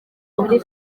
muri